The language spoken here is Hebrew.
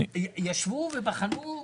ישבו ובחנו?